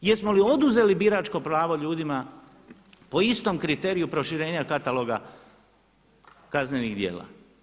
Jesmo li oduzeli biračko pravo ljudima po istom kriteriju proširenja kataloga kaznenih djela?